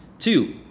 Two